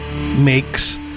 makes